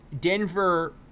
Denver